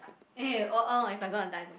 eh oh uh if I'm gonna die tomorrow